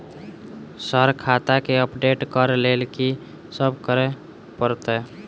Sir खाता केँ update करऽ लेल की सब करै परतै?